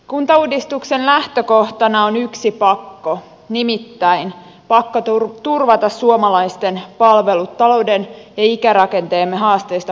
kuntauudistuksen lähtökohtana on yksi pakko nimittäin pakko turvata suomalaisten palvelut talouden ja ikärakenteemme haasteista huolimatta